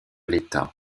l’état